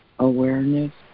Awareness